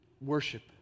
worship